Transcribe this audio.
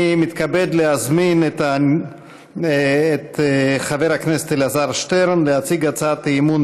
אני מתכבד להזמין את חבר הכנסת אלעזר שטרן להציג הצעת אי-אמון